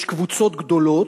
יש קבוצות גדולות,